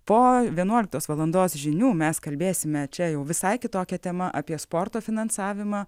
po vienuoliktos valandos žinių mes kalbėsime čia jau visai kitokia tema apie sporto finansavimą